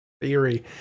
Theory